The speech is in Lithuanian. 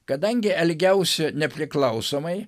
kadangi elgiausi nepriklausomai